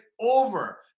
over